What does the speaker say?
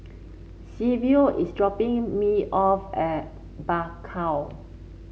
Silvio is dropping me off at Bakau